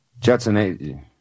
Judson